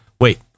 Wait